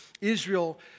Israel